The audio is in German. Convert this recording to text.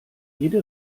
jede